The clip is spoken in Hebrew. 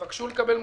תבקשו לקבל מוצרים,